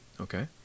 Okay